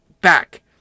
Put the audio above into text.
back